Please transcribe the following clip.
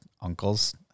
uncle's